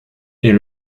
est